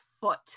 foot